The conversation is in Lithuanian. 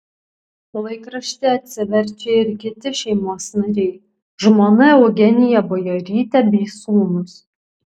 laikraštį atsiverčia ir kiti šeimos nariai žmona eugenija bajorytė bei sūnūs